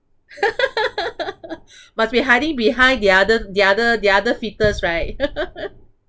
must be hiding behind the other the other the other foetus right